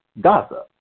gaza